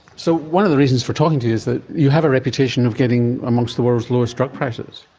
so one of the reasons for talking to you is that you have a reputation of getting amongst the world's lowest drug prices.